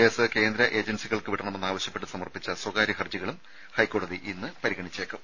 case കേന്ദ്ര ഏജൻസികൾക്ക് വിടണമെന്നാവശ്യപ്പെട്ട് സമർപ്പിച്ച സ്വകാര്യ ഹരജികളും ഹൈക്കോടതി ഇന്ന് പരിഗണിച്ചേക്കും